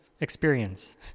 experience